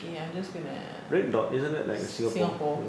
K I'm just gonna singapore